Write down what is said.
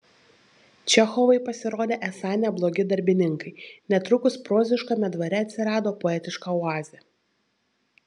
čechovai pasirodė esą neblogi darbininkai netrukus proziškame dvare atsirado poetiška oazė